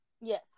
Yes